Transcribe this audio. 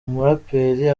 umuraperi